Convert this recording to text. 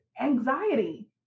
anxiety